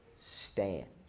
stand